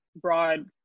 broad